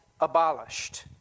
abolished